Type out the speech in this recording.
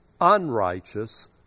unrighteous